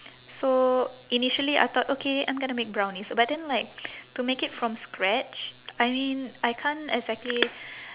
so initially I thought okay I'm gonna make brownies but then like to make it from scratch I mean I can't exactly